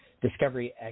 Discovery